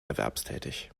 erwerbstätig